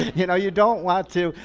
you know you don't want to,